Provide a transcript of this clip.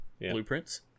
blueprints